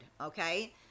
Okay